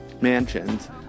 Mansions